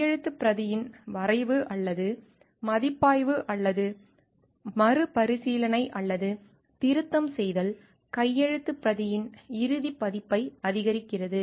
கையெழுத்துப் பிரதியின் வரைவு அல்லது மதிப்பாய்வு அல்லது வரைவு அல்லது மறுபரிசீலனை அல்லது திருத்தம் செய்தல் கையெழுத்துப் பிரதியின் இறுதிப் பதிப்பை அங்கீகரித்தது